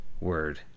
word